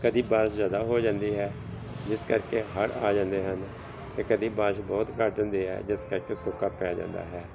ਕਦੀ ਬਾਰਸ਼ ਜ਼ਿਆਦਾ ਹੋ ਜਾਂਦੀ ਹੈ ਜਿਸ ਕਰਕੇ ਹੜ੍ਹ ਆ ਜਾਂਦੇ ਹਨ ਅਤੇ ਕਦੀ ਬਾਰਸ਼ ਬਹੁਤ ਘੱਟ ਹੁੰਦੀ ਹੈ ਜਿਸ ਕਰਕੇ ਸੋਕਾ ਪੈ ਜਾਂਦਾ ਹੈ